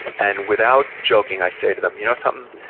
and without joking i say to them, you know something,